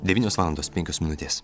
devynios valandos penkios minutės